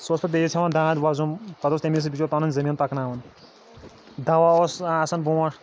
سُہ اوس پَتہٕ بیٚیِس ہٮ۪وان داند وۄزُم پَتہٕ اوس تَمی سۭتۍ بِچور پَنُن زٔمیٖن پکناوان دَوا اوس نہٕ آسان برٛونٛٹھ